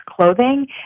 clothing